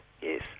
yes